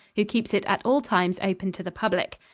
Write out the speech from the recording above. who keeps it at all times open to the public.